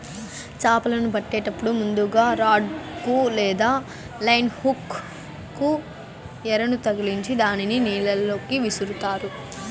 చాపలను పట్టేటప్పుడు ముందుగ రాడ్ కు లేదా లైన్ హుక్ కు ఎరను తగిలిచ్చి దానిని నీళ్ళ లోకి విసురుతారు